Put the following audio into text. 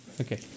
Okay